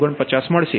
549 મળશે